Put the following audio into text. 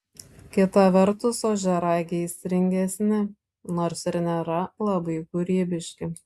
kita vertus ožiaragiai aistringesni nors ir nėra labai kūrybiški